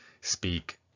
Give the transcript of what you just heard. speak